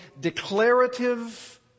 declarative